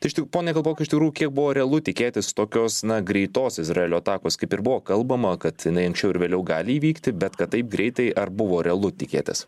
tai štai ponai kalpokai iš tikrųjų kiek buvo realu tikėtis tokios na greitos izraelio atakos kaip ir buvo kalbama kad jinai anksčiau ar vėliau gali įvykti bet kad taip greitai ar buvo realu tikėtis